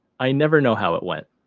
i never know how it went